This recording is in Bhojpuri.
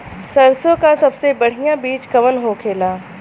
सरसों का सबसे बढ़ियां बीज कवन होखेला?